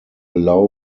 allow